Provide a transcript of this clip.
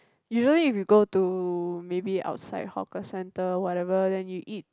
you know if you go to maybe outside hawker center whatever then you eat